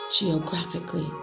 geographically